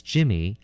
Jimmy